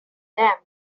them